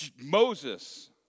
Moses